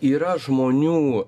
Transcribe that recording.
yra žmonių